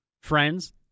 friends